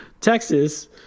Texas